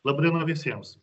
laba diena visiems